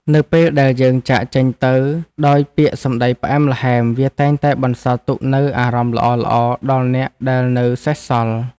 នៅពេលដែលយើងចាកចេញទៅដោយពាក្យសម្តីផ្អែមល្ហែមវាតែងតែបន្សល់ទុកនូវអារម្មណ៍ល្អៗដល់អ្នកដែលនៅសេសសល់។